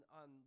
on